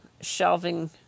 shelving